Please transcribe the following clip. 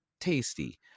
tasty